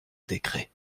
décret